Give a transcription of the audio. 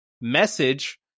message